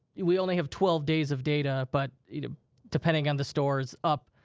we only have twelve days of data. but you know depending on the store, it's up